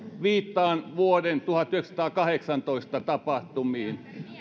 viittaan vuoden tuhatyhdeksänsataakahdeksantoista tapahtumiin